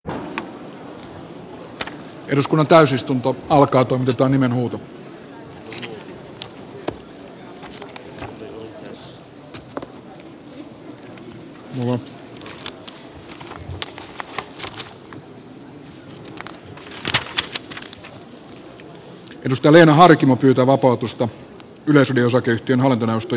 leena harkimo pyytää vapautusta yleisradio oyn hallintoneuvoston jäsenyydestä